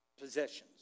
possessions